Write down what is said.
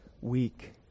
weak